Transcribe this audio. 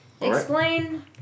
Explain